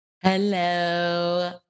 hello